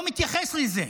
לא מתייחס לזה,